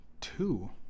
Two